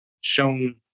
shown